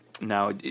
Now